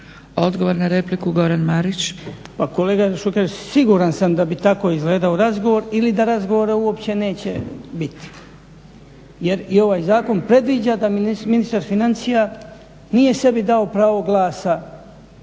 **Marić, Goran (HDZ)** Pa kolega Šuker siguran sam da bi tako izgledao razgovor ili da razgovora uopće neće biti. Jer i ovaj zakon predviđa da ministar financija nije sebi dao pravo glasa